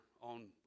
on